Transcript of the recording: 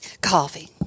Coffee